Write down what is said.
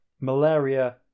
malaria